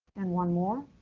and one more.